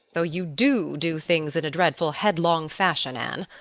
though you do do things in a dreadful headlong fashion, anne.